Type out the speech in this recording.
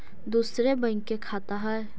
दुसरे बैंक के खाता हैं?